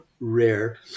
rare